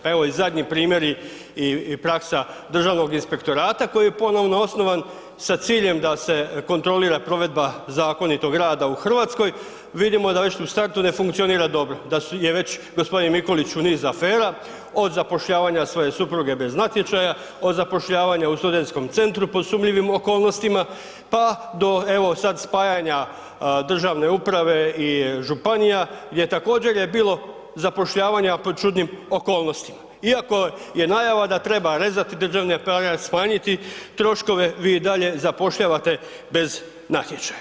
Pa evo i zadnji primjeri i praksa Državnog inspektorata koji je ponovno osnovan sa ciljem da se kontrolira provedba zakonitog rada u Hrvatskoj, vidimo da već u startu ne funkcionira dobro, da je već gospodin Mikulić u nizu afera od zapošljavanja svoje supruge bez natječaja, od zapošljavanja u studentskom centru po sumnjivim okolnostima, pa do evo sada spajanja državne uprave i županija gdje je također bilo zapošljavanja pod čudnim okolnostima, iako je najava da treba rezati državni aparat, smanjiti troškove i vi i dalje zapošljavate bez natječaja.